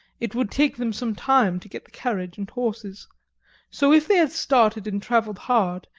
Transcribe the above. it would take them some time to get the carriage and horses so if they had started and travelled hard,